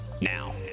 now